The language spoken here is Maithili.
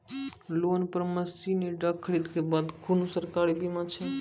लोन पर मसीनऽक खरीद के बाद कुनू सरकारी बीमा छै?